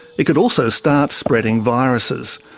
it could also start spreading viruses.